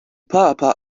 papa